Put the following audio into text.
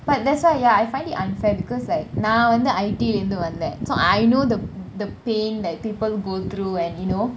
but that's why ya I find it unfair because like நான் வந்து :naan vanthu I_T_E லந்து வந்தான் :lanthu vanthan so I know the the pain that people go through and you know